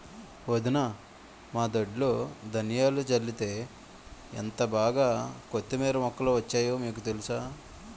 వదినా మా దొడ్లో ధనియాలు జల్లితే ఎంటబాగా కొత్తిమీర మొక్కలు వచ్చాయో మీకు తెలుసా?